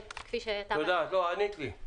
ענית לי.